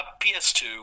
PS2